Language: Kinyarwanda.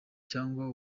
cyangwa